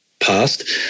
Past